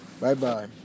Bye-bye